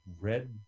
red